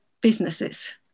businesses